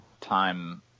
time